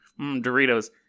Doritos